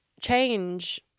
change